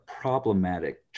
problematic